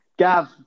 Gav